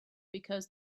because